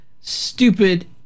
stupid